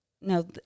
no